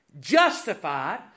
justified